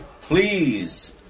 please